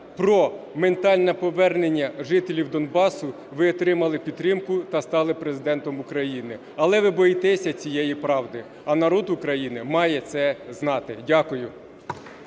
про ментальне повернення жителів Донбасу, ви отримали підтримку та стали Президентом України. Але ви боїтеся цієї правди, а народ України має це знати. Дякую.